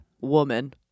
woman